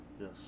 yes